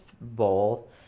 bowl